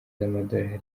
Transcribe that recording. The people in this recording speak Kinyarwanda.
z’amadorari